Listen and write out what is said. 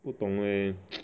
不懂 leh